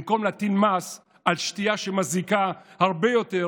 במקום להטיל מס על שתייה שמזיקה הרבה יותר,